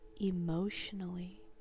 emotionally